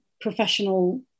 professional